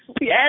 Yes